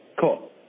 Cool